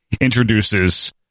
introduces